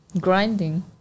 grinding